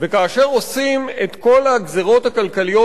וכאשר עושים את כל הגזירות הכלכליות